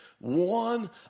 one